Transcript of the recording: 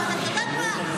אבל את יודעת מה,